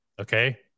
Okay